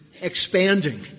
expanding